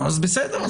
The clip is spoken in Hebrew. אז בסדר,